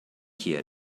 here